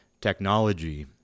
technology